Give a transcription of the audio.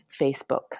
Facebook